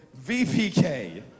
VPK